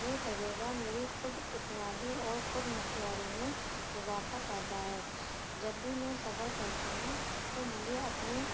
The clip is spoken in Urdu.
یہ تجربہ میری خود اعتمادی اور خود مختاری میں اضافہ کرتا ہے جب بھی میں سفر کرتی ہوں تو مجھے اپنی